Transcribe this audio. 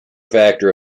factor